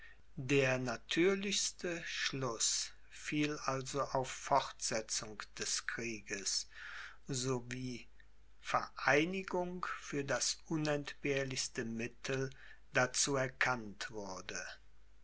der natürlichste schluß fiel also auf fortsetzung des krieges so wie vereinigung für das unentbehrlichste mittel dazu erkannt wurde